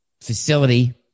facility